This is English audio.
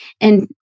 And-